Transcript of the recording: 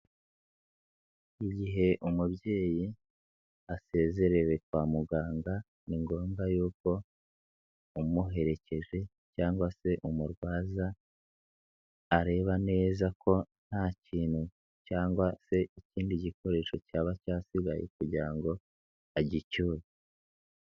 Igihe umubyeyi asezerewe kwa muganga, ni ngombwa yuko umuherekeje cyangwa se umurwaza, areba neza ko nta kintu cyangwa se ikindi gikoresho cyaba cyasigaye kugira ngo agicyure.